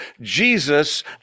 Jesus